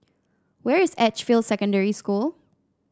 where is Edgefield Secondary School